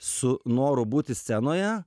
su noru būti scenoje